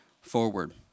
forward